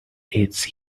its